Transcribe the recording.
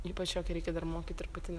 ypač jo kai reikia dar mokyt ir pati ne